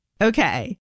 Okay